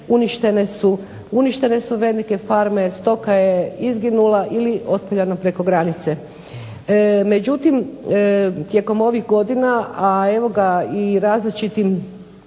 uništene su velike farme, stoka je izginula ili otpeljana preko granice. Međutim, tijekom ovih godina, a evo ga i različitim